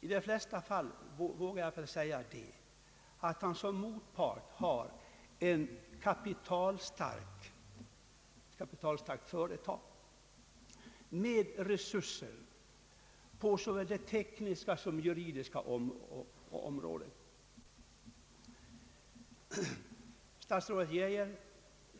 I de flesta fall, vågar jag säga, har han såsom motpart ett kapitalstarkt företag med resurser på såväl det tekniska som det juridiska området. Statsrådet Geijer